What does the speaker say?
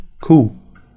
cool